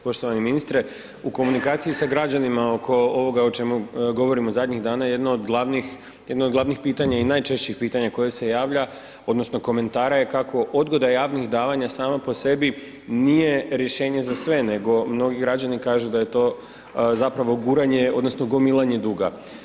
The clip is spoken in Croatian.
Poštovani ministre, u komunikaciji sa građanima oko ovoga o čemu govorimo zadnjih dana je jedno od glavnih pitanja i najčešćih pitanja koje se javlja odnosno komentara je kako odgoda javnih davanja sama po sebi nije rješenje za sve nego mnogi građani kažu da je to zapravo guranje odnosno gomilanje duga.